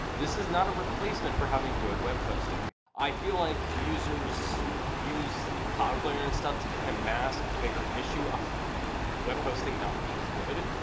this is not a replacement for having good web hosting. i feel like users use cloudflare and stuff to kind of mask a bigger issue of the web hosting not being good.